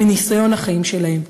מניסיון החיים שלהם.